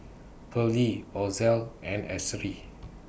Pearly Ozell and Ashery